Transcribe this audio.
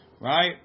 Right